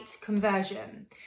conversion